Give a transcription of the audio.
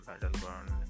battleground